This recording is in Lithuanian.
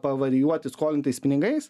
pavarijuoti skolintais pinigais